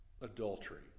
adultery